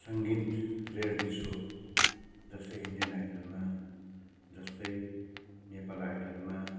सङ्गीत reality show जस्तै Indian आइडलमा जस्तै नेपाल आइडलमा